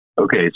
Okay